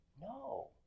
no